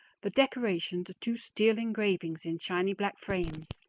the decorations are two steel engravings in shiny black frames